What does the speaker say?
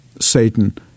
Satan